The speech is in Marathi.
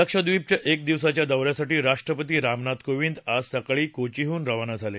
लक्षद्वीपच्या एक दिवसाच्या दौऱ्यासाठी राष्ट्रपती रामनाथ कोविद आज सकाळी कोचीहून रवाना झाले